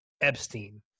Epstein